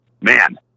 man